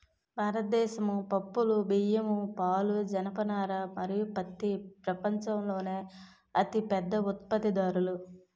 భారతదేశం పప్పులు, బియ్యం, పాలు, జనపనార మరియు పత్తి ప్రపంచంలోనే అతిపెద్ద ఉత్పత్తిదారులు